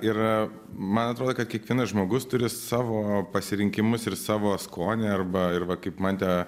ir man atrodo kad kiekvienas žmogus turi savo pasirinkimus ir savo skonį arba ir va kaip mantė